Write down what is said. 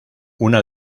una